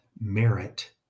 merit